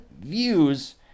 views